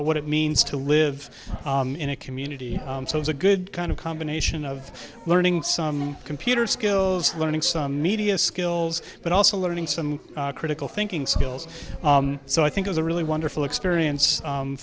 what it means to live in a community so it's a good kind of combination of learn some computer skills learning some media skills but also learning some critical thinking skills so i think it's a really wonderful experience